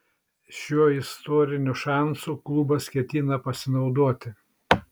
šiuo istoriniu šansu klubas ketina pasinaudoti